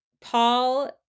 Paul